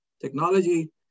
technology